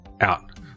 Out